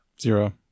Zero